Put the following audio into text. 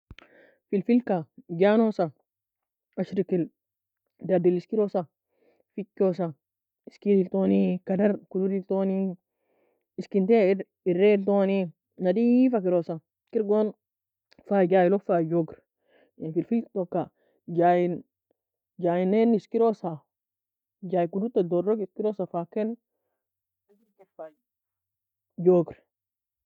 Fifilka janosa, ashrikir dadil iskirosa, fichosa, iskidiltoni, kadar kududiltoni, eiskinty erie eriltoni, nadifakirosa, kirgon fa jaylog fa jogir in filfiltoka jayin, jayeain aina iskirosa, jay kududta dorog iskirosa fa ken jogro.